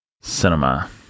cinema